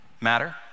matter